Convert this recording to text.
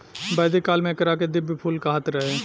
वैदिक काल में एकरा के दिव्य फूल कहात रहे